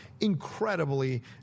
Incredibly